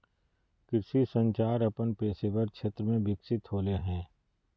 कृषि संचार अपन पेशेवर क्षेत्र में विकसित होले हें